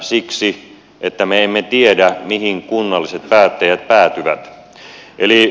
siksi että me emme tiedä mihin kunnalliset päättäjät päätyvät